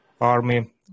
army